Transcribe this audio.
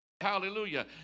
hallelujah